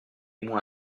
moi